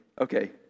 Okay